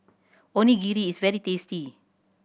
onigiri is very tasty